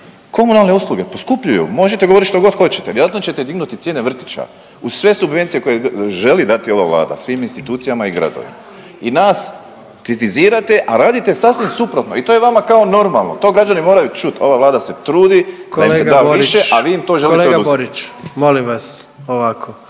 komunalne uslugu poskupljuju, možete govoriti što god hoćete, vjerojatno ćete dignuti cijene vrtića uz sve subvencije koje želi dati ova Vlada svim institucijama i gradovima. I nas kritizirate, a radite sasvim suprotno i to je vama kao normalno, to građani moraju čuti, ova Vlada se trudi, .../Upadica se ne čuje./... .../Govornik se